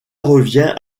revient